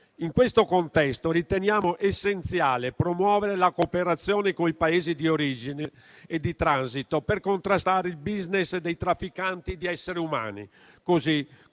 In questo contesto riteniamo essenziale promuovere la cooperazione con i Paesi di origine e di transito per contrastare il *business* dei trafficanti di esseri umani,